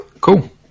Cool